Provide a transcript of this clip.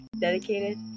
dedicated